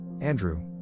Andrew